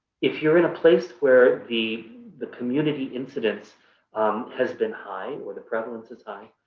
if you're in a place where the the community incidence um has been high or the prevalence is high,